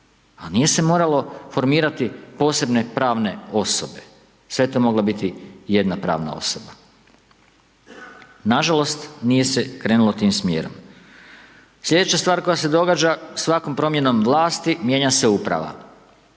A nije se moralo formirati posebne pravne osobe, sve je to mogla biti jedna pravna osoba. Nažalost, nije se krenulo tim smjerom. Sljedeća stvar koja se događa, svakom promjenom vlasti, mijenja se uprava.